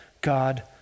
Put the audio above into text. God